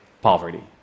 poverty